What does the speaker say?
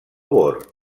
bor